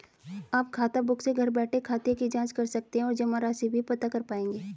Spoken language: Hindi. आप खाताबुक से घर बैठे खाते की जांच कर सकते हैं और जमा राशि भी पता कर पाएंगे